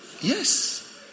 yes